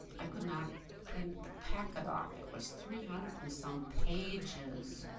i could not print the packet off, it was three hundred and some pages.